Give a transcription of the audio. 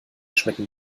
schmecken